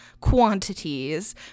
quantities